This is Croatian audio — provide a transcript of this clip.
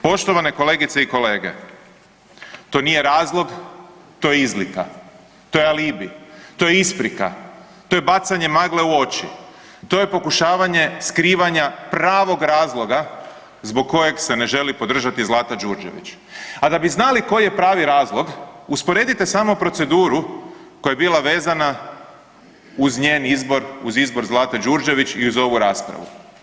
Poštovane kolegice i kolege, to nije razlog, to je izlika, to je alibi, to je isprika, to je bacanje magle u oči, to je pokušavanje skrivanja pravog razloga zbog kojeg se ne želi podržati Zlata Đurđević, a da bi znali koji je pravi razlog, usporedite samo proceduru koja je bila vezana uz njen izbor, uz izbor Zlate Đurđević i uz ovu raspravu.